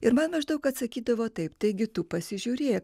ir man maždaug atsakydavo taip taigi tu pasižiūrėk